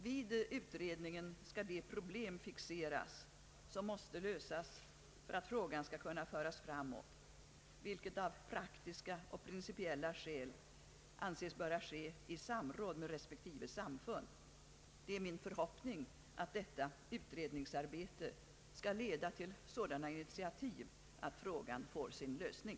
Vid utredningen skall de problem fixeras som måste lösas för att frågan skall kunna föras framåt, vilket av praktiska och principiella skäl anses böra ske i samråd med respektive samfund. Det är min förhoppning att detta utredningsarbete skall leda till sådana initiativ att problemet får sin lösning.